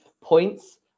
Points